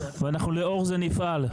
ואנחנו לאור זה נפעל.